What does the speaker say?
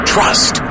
Trust